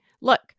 Look